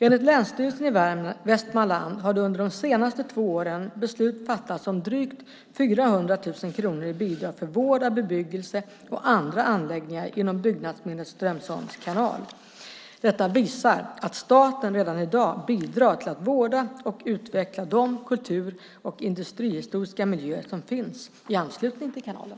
Enligt Länsstyrelsen i Västmanland har under de senaste två åren beslut fattats om drygt 400 000 kronor i bidrag för vård av bebyggelse och andra anläggningar inom byggnadsminnet Strömsholms kanal. Detta visar att staten redan i dag bidrar till att vårda och utveckla de kultur och industrihistoriska miljöer som finns i anslutning till kanalen.